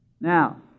Now